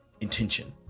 intention